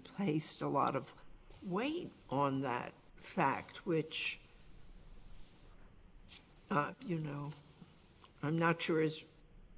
placed a lot of weight on that fact which you know i'm not sure is